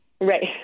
Right